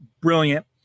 brilliant